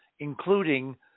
including